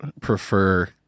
prefer